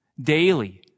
daily